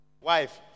Wife